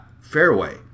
Fairway